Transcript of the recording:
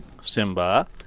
Simba